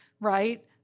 right